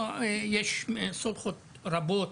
לא, יש סולחות רבות.